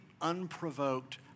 unprovoked